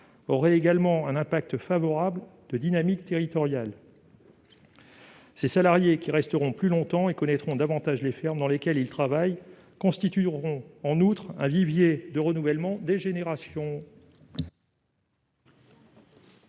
aurait également un impact favorable de dynamique territoriale. Les salariés, qui resteront plus longtemps et connaîtront davantage les fermes dans lesquelles ils travaillent, constitueront en effet un vivier de renouvellement des générations.